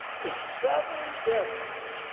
the seven w's